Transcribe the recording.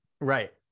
right